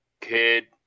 Kid